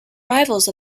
rivals